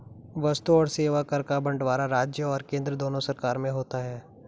वस्तु और सेवा कर का बंटवारा राज्य और केंद्र दोनों सरकार में होता है